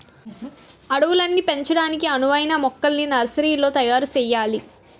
అడవుల్ని పెంచడానికి అనువైన మొక్కల్ని నర్సరీలో తయారు సెయ్యాలి